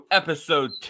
episode